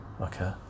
Okay